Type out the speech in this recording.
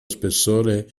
spessore